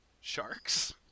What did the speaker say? sharks